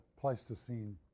Pleistocene